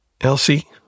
Elsie